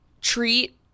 treat